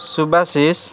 Subhashish